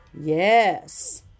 Yes